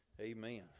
Amen